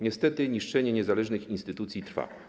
Niestety, niszczenie niezależnych instytucji trwa.